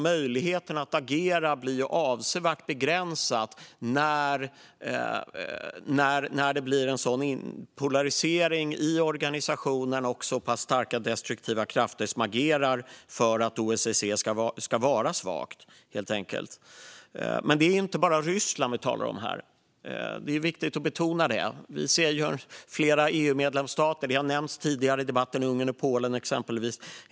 Möjligheten att agera begränsas avsevärt när det blir en sådan polarisering i organisationen och så pass starka destruktiva krafter agerar för att OSSE ska vara svagt. Men det handlar inte bara om Ryssland. Det är viktigt att betona det. Det handlar även om flera EU-medlemsstater, exempelvis Ungern och Polen som nämnts tidigare i debatten.